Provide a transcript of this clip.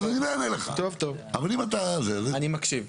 אני חוזרת לסעיף (ט), שמדבר על ההסכמה.